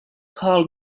call